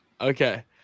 okay